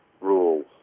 rules